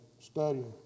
studying